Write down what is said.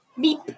Beep